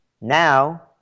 now